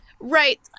right